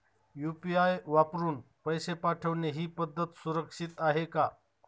UPI वापरून पैसे पाठवणे ही पद्धत सुरक्षित आहे का?